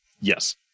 Yes